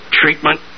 treatment